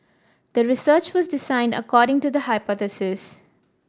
the research was designed according to the hypothesis